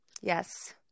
Yes